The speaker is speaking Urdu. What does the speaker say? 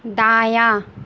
دایاں